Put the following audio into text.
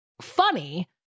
funny